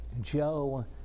Joe